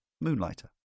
Moonlighter